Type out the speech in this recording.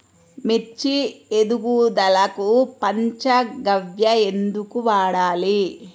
మిర్చి ఎదుగుదలకు పంచ గవ్య ఎందుకు వాడాలి?